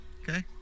Okay